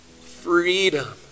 freedom